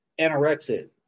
anorexic